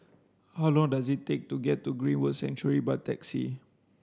how long does it take to get to Greenwood Sanctuary by taxi